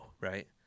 right